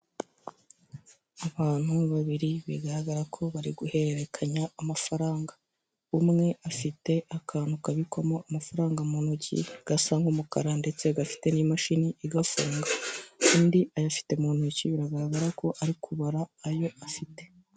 Abantu babiri bigaragara ko bari guhererekanya amafaranga, umwe afite akantu kabikwamo amafaranga mu ntoki gasa nk'umukara ndetse gafite n'imashini igafunga, undi ayafite mu ntoki biragaragara ko ari kubara ayo afite.